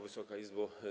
Wysoka Izbo!